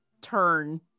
turn